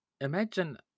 imagine